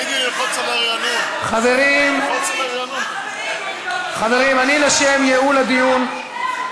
חברים, אני, לשם ייעול הדיון,